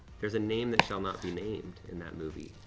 there's a name that shall not be named in that movie.